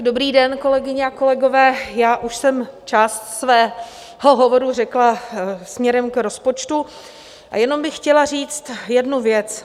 Dobrý den, kolegyně a kolegové, já už jsem část svého hovoru řekla směrem k rozpočtu, jenom bych chtěla říct jednu věc.